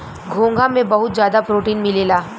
घोंघा में बहुत ज्यादा प्रोटीन मिलेला